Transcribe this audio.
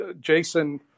Jason